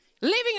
Living